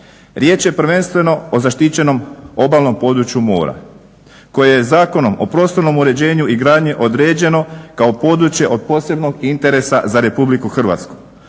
Riječ je prvenstveno o zaštićenom obalnom području mora koje je Zakonom o prostornom uređenju i gradnji određeno kao područje od posebnog interesa za Republiku Hrvatsku.